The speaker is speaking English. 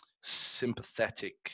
sympathetic